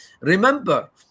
Remember